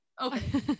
okay